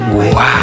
Wow